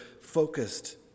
focused